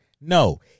No